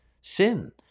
sin